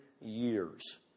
years